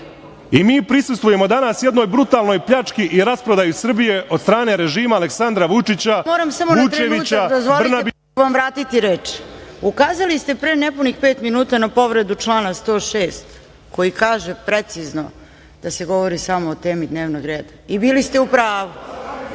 i mi prisustvujemo danas jednoj brutalnoj pljački, rasprodaji Srbije od strane režima Aleksandra Vučića, Vučevića, Brnabić... **Snežana Paunović** Moram samo na trenutak, dozvolite, pa ću vam vratiti reč. Ukazali ste pre nepunih pet minuta na povredu člana 106. koji kaže precizno da se govori samo o temi dnevnog reda i bili ste u pravu,